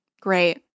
Great